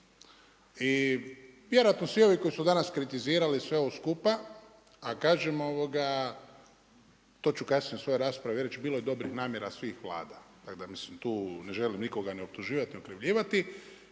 I vjerojatno svi ovi koji su danas kritizirali sve ovo skupa, a kažem to ću kasnije u svojoj raspravi reći, bilo je dobrih namjera svih Vlada, tako da tu ne želim nikoga optuživati i okrivljivati.